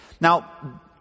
Now